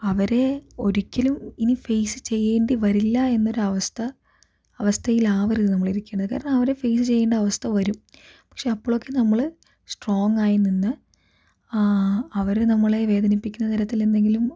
അവരെ ഒരിക്കലും ഇനി ഫേസ് ചെയ്യേണ്ടി വരില്ല എന്നൊരു അവസ്ഥ അവസ്ഥയിലാവരുത് നമ്മൾ ഇരിക്കണത് കാരണം അവരെ ഫേസ് ചെയ്യേണ്ട അവസ്ഥ വരും പക്ഷേ അപ്പോഴൊക്കെ നമ്മള് സ്ട്രോങ്ങ് ആയി നിന്ന് അവര് നമ്മളെ വേദനിപ്പിക്കുന്ന തരത്തിൽ എന്തെങ്കിലും